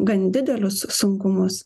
gan didelius sunkumus